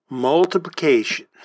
multiplication